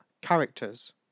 characters